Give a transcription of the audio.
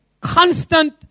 constant